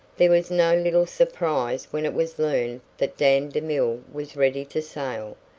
there was no little surprise when it was learned that dan demille was ready to sail.